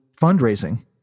fundraising